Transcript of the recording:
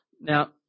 Now